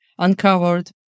uncovered